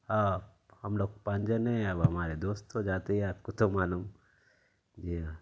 ہاں ہم لوگ پانچ جنے ہیں اب ہمارے دوست تو جاتے ہی آپ کو تو معلوم جی ہاں